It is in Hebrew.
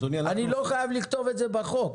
אני לא חייב לכתוב את זה בחוק.